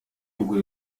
kugura